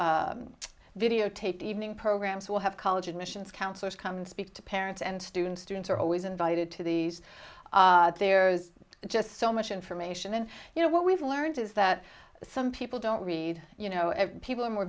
videotaped evening programs will have college admissions counselors come speak to parents and students students are always invited to these there's just so much information you know what we've learned is that some people don't read you know people are more